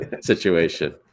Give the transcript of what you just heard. situation